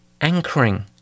anchoring